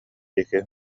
диэки